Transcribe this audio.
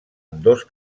ambdós